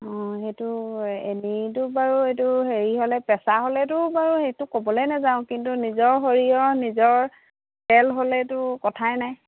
অঁ সেইটো এনেইটো বাৰু এইটো হেৰি হ'লে পেচা হ'লেতো বাৰু সেইটো ক'বলৈ নাযাওঁ কিন্তু নিজৰ সৰিয়হৰ নিজৰ তেল হ'লেতো কথাই নাই